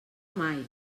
mai